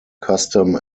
custom